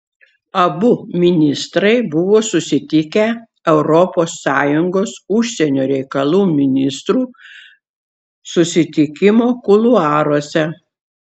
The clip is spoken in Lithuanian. abu ministrai buvo susitikę europos sąjungos užsienio reikalų ministrų susitikimo kuluaruose